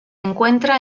encuentra